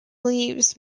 leaves